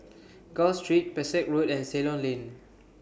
Gul Street Pesek Road and Ceylon Lane